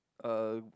um